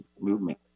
movement